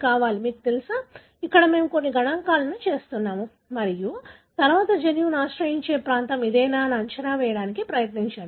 మీకు కావాలి మీకు తెలుసా ఇక్కడ మేము కొన్ని గణాంకాలతో చేస్తున్నాము మరియు తర్వాత జన్యువును ఆశ్రయించే ప్రాంతం ఇదేనా అని అంచనా వేయడానికి ప్రయత్నించండి